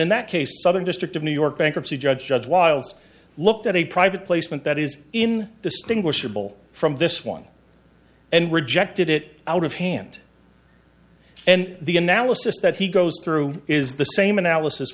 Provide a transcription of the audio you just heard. in that case southern district of new york bankruptcy judge judge wiles looked at a private placement that is in distinguishable from this one and rejected it out of hand and the analysis that he goes through is the same analysis